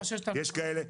יש כאלה --- שרון,